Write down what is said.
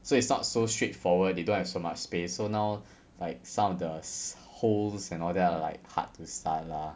so it's not so straightforward they don't have so much space so now like some of the holes and all that are like hard to start lah